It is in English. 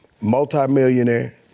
multimillionaire